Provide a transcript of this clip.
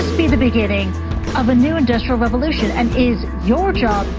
be the beginning of a new industrial revolution? and is your job,